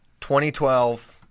2012